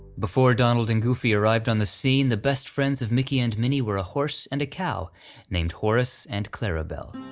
before donald and goofy arrived on the scene, the best friends of mickey and minnie were a horse and a cow named horace and clarabelle.